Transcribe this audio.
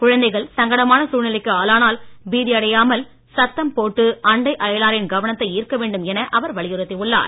குழந்தைகள் சங்கடமான சூழ்நிலைக்கு ஆளானால் பீதியடையாமல் சத்தம் போட்டு அண்டை அயலாரின் கவனத்தை ஈர்க்கவேண்டும் என அவர் வலியுறத்தியுள்ளார்